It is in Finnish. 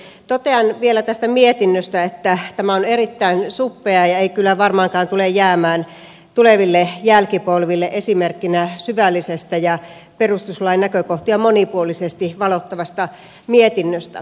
totean vielä tästä mietinnöstä että tämä on erittäin suppea eikä kyllä varmaankaan tule jäämään tuleville jälkipolville esimerkkinä syvällisestä ja perustuslain näkökohtia monipuolisesti valottavasta mietinnöstä